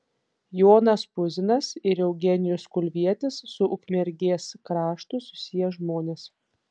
jonas puzinas ir eugenijus kulvietis su ukmergės kraštu susiję žmonės